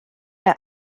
der